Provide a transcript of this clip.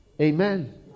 Amen